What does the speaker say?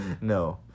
no